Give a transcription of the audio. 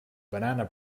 banana